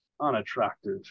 unattractive